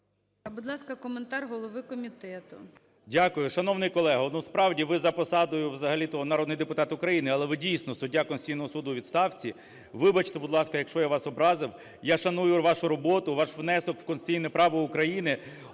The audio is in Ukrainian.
Будь ласка, коментар голови комітету. 13:05:56 КНЯЖИЦЬКИЙ М.Л. Дякую. Шановний колего, ну, справді, ви за посадою взагалі-то народний депутат України, але ви дійсно суддя Конституційного Суду у відставці. Вибачте, будь ласка, якщо я вас образив. Я шаную вашу роботу, ваш внесок в конституційне право України,